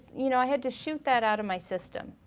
you know i had to shoot that out of my system,